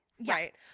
right